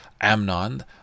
Amnon